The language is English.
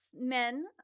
men